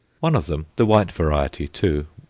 one of them the white variety, too,